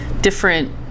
different